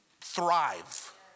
thrive